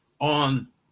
on